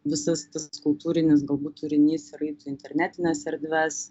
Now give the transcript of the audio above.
visas tas kultūrinis galbūt turinys ir eitų į internetines erdves